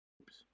Oops